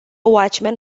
watchman